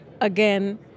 again